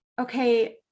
Okay